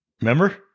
Remember